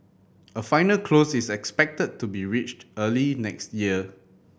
a final close is expected to be reached early next year